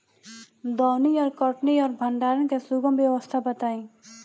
दौनी और कटनी और भंडारण के सुगम व्यवस्था बताई?